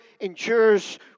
endures